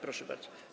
Proszę bardzo.